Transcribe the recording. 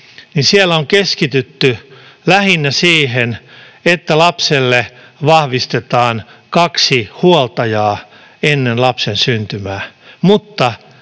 niin siellä on keskitytty lähinnä siihen, että lapselle vahvistetaan kaksi huoltajaa ennen lapsen syntymää,